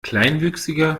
kleinwüchsige